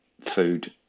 food